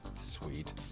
sweet